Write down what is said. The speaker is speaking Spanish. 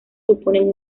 suponen